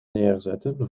neerzetten